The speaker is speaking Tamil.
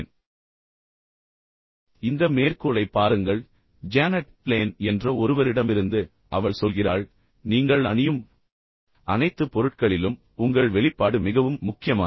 இந்த மேற்கோளைப் பாருங்கள் அதைப் பற்றி யோசித்துப் பாருங்கள் எனவே ஜேனட் லேன் என்ற ஒருவரிடமிருந்து அவள் சொல்கிறாள் நீங்கள் அணியும் அனைத்து பொருட்களிலும் உங்கள் வெளிப்பாடு மிகவும் முக்கியமானது